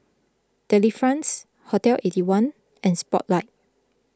Delifrance Hotel Eighty One and Spotlight